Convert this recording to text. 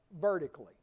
vertically